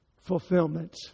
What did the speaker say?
fulfillment